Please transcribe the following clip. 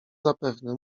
zapewne